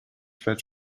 байж